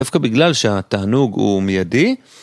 דווקא בגלל שהתענוג הוא מיידי.